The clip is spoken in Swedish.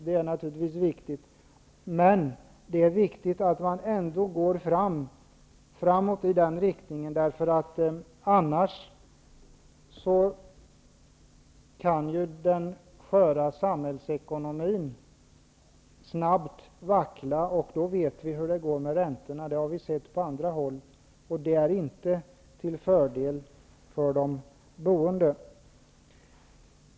Men det är ändå viktigt att man går framåt eftersom den sköra samhällsekonomin annars kan vackla, och vi vet ju hur det då går med räntorna; det har vi sett på andra håll. Det är inte till fördel för de boende.